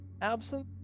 absent